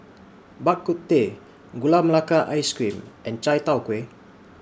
Bak Kut Teh Gula Melaka Ice Cream and Chai Tow Kway